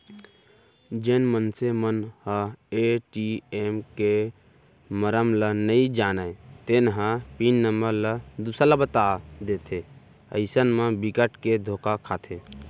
जेन मनसे मन ह ए.टी.एम के मरम ल नइ जानय तेन ह पिन नंबर ल दूसर ल बता देथे अइसन म बिकट के धोखा खाथे